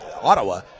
Ottawa